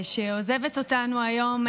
שעוזבת אותנו היום,